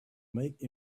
make